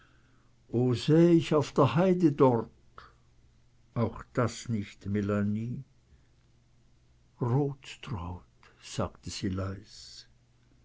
ich auf der heide dort auch das nicht melanie rothtraut sagte sie leis